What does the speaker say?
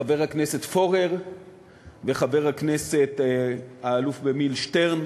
חבר הכנסת פורר וחבר הכנסת האלוף במיל' שטרן